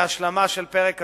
להשלמה של פרק השיקום,